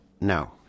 no